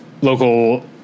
local